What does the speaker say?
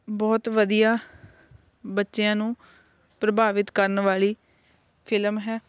ਬਹੁਤ ਵਧੀਆ ਬੱਚਿਆਂ ਨੂੰ ਪ੍ਰਭਾਵਿਤ ਕਰਨ ਵਾਲੀ ਫਿਲਮ ਹੈ